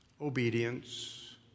Obedience